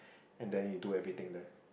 and then you do everything there